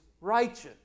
righteous